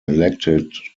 elected